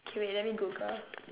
okay wait let me google